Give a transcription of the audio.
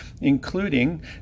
including